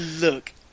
look